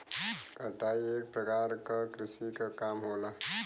कटाई एक परकार क कृषि क काम होला